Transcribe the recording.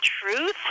Truth